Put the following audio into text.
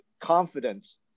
confidence